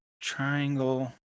triangle